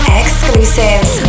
exclusives